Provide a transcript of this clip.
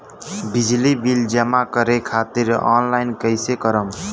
बिजली बिल जमा करे खातिर आनलाइन कइसे करम?